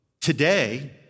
today